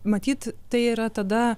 matyt tai yra tada